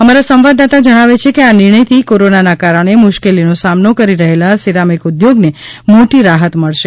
અમારા સંવાદદાતા જણાવે છે કે આ નિર્ણયથી કોરોનાના કારણે મુશ્કેલીનો સામનો કરી રહેલા સિરામીક ઉદ્યોગને મોટી રાહત મળશે